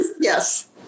Yes